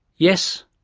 yes,